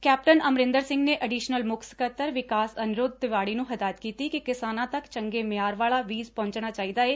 captain Amarinder Singh ਨੇ additional ਮੁੱਖ ਸਕੱਤਰ ਵਿਕਾਸ ਅਨਿਰੁੱਧ ਤਿਵਾੜੀ ਨੂੰ ਹਦਾਇਤ ਕੀਤੀ ਕਿ ਕਿਸਾਨਾਂ ਤੱਕ ਚੰਗੇ ਮਿਆਰ ਵਾਲਾ ਬੀਜ ਪਹੁੰਚਣਾ ਚਾਹੀਦਾ ਏ